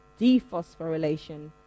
Dephosphorylation